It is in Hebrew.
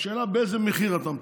השאלה היא באיזה מחיר אתה מטפל.